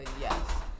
yes